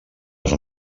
els